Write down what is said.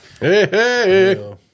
Hey